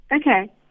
Okay